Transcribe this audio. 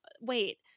wait